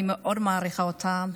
אני מאוד מעריכה אותם,